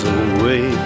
away